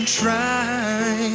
try